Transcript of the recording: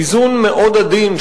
איזון מאוד עדין,